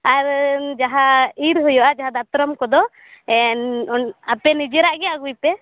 ᱟᱨ ᱡᱟᱦᱟᱸ ᱤᱨ ᱦᱩᱭᱩᱜᱼᱟ ᱡᱟᱦᱟᱸ ᱫᱟᱛᱨᱚᱢ ᱠᱚᱫᱚ ᱮᱸ ᱟᱯᱮ ᱱᱤᱡᱮᱨᱜ ᱜᱮ ᱟᱜᱩᱭᱯᱮ